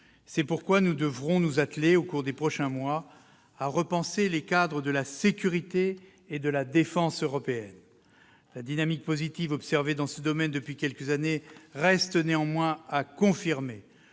C'est pourquoi nous devrons nous atteler, au cours des prochains mois, à repenser les cadres de la sécurité et de la défense européennes. La dynamique positive observée dans ce domaine depuis quelques années reste néanmoins à confirmer.